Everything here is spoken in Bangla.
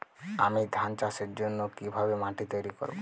আমি ধান চাষের জন্য কি ভাবে মাটি তৈরী করব?